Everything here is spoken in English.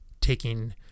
taking